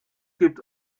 gibt